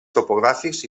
topogràfics